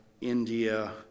India